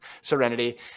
Serenity